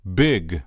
big